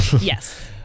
yes